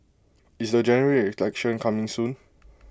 is the General Election coming soon